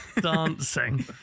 dancing